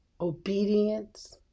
obedience